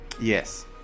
yes